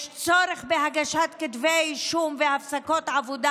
יש צורך בהגשת כתבי אישום והפסקת עבודה